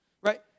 right